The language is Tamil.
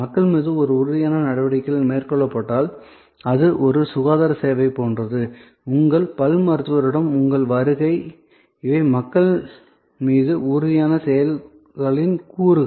மக்கள் மீது உறுதியான நடவடிக்கைகள் மேற்கொள்ளப்பட்டால் அது ஒரு சுகாதார சேவை போன்றது உங்கள் பல் மருத்துவரிடம் உங்கள் வருகை இவை மக்கள் மீது உறுதியான செயல்களின் கூறுகள்